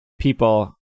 people